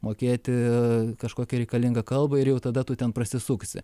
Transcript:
mokėti kažkokią reikalingą kalbą ir jau tada tu ten prasisuksi